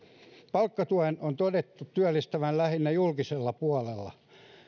palkkatuen on todettu työllistävän lähinnä julkisella puolella